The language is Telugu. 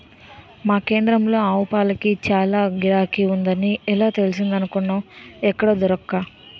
మా కేంద్రంలో ఆవుపాలకి చాల గిరాకీ ఉందని ఎలా తెలిసిందనుకున్నావ్ ఎక్కడా దొరక్క